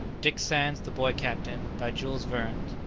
dick sands the boy captain. by jules verne.